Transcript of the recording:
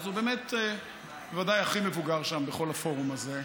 אז הוא באמת בוודאי הכי מבוגר שם בכל הפורום הזה.